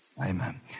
Amen